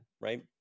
right